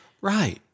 Right